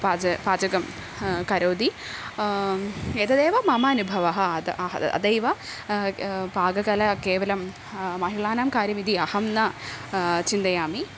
पाकः पाचकः करोति एतदेव मम अनुभवः अतः अतः अत एव पाककला केवलं महिलानां कार्यमिति अहं न चिन्तयामि